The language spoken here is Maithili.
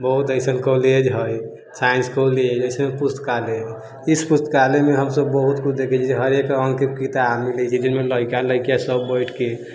बहुत एसन कॉलेज है साइन्स कॉलेज अय सबमे पुस्तकालय हँ इस पुस्तकालयमे हमसब बहुत कुछ देखै छी हरेक रङ्गके किताब मिलै छै जाहिमे लड़िका लड़की सब बैठिके